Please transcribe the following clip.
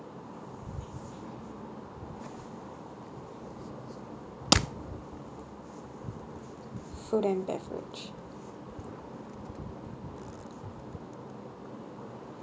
food and beverage